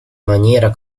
maniera